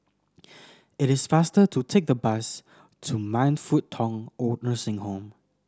it is faster to take the bus to Man Fut Tong OId Nursing Home